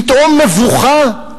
פתאום מבוכה?